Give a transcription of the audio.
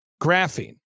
graphene